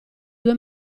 due